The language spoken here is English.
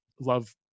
love